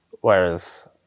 whereas